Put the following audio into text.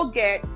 get